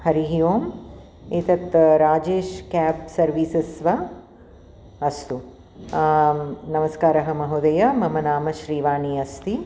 हरिः ओम् एतत् राजेशः केब् सर्वीसस् वा अस्तु नमस्कारः महोदय मम नाम श्रीवाणी अस्ति